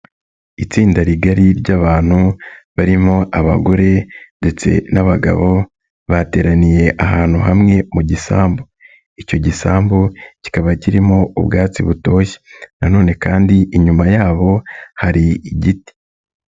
Itsinda rigari ry'abantu barimo abagore ndetse n'abagabo bateraniye ahantu hamwe mu gisambu, icyo gisambu kikaba kirimo ubwatsi butoshye nanone kandi inyuma yabo hari igiti.